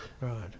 Right